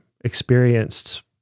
experienced